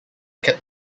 kept